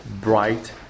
bright